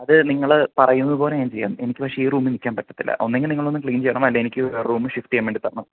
അതെ നിങ്ങൾ പറയുന്നതുപോലെ ഞാൻ ചെയ്യാം എനിക്ക് പക്ഷെ ഈ റൂമിൽ നിൽക്കാൻ പറ്റത്തില്ല ഒന്നുകിൽ നിങ്ങൾ വന്ന് ക്ലീൻ ചെയ്യണം അല്ലെങ്കിൽ എനിക്ക് വേറെ റൂം ഷിഫ്റ്റ് ചെയ്യാൻ വേണ്ടി തരണം